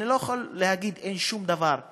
אני לא יכול להגיד שאין שום דבר,